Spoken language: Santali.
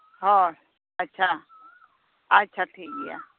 ᱦᱳᱭ ᱟᱪᱪᱷᱟ ᱟᱪᱪᱷᱟ ᱴᱷᱤᱠᱜᱮᱭᱟ